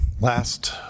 Last